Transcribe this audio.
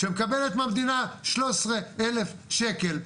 שמקבלת מהמדינה שלוש עשרה אלף שקל,